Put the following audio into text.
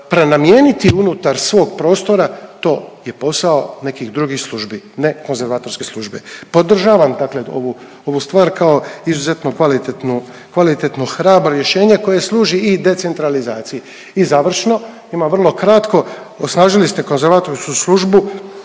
prenamijeniti unutar svog prostora to je posao nekih drugih službi, ne konzervatorske službe. Podržavam dakle ovu, ovu stvar kao izuzetnu kvalitetnu, kvalitetno i hrabro rješenje koje služi i decentralizaciji. I završno ima vrlo kratko, osnažili ste konzervatorsku službu